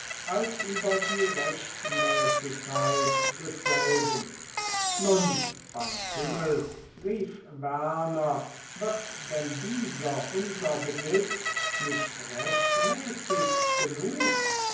als über die rechtmäßigkeit desselben nun beim himmel rief werner wird denn dieser unser besitz nicht rechtmäßig genug